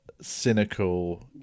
cynical